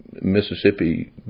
Mississippi